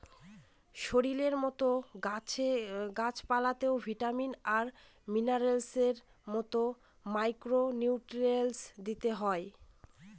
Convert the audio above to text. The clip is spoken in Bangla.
শরীরের মতো গাছ পালতেও ভিটামিন আর মিনারেলস এর মতো মাইক্র নিউট্রিয়েন্টস দিতে হয়